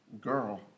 girl